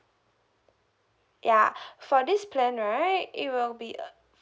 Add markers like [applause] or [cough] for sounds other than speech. ya [breath] for this plan right it will be uh